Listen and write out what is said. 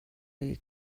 you